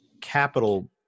capital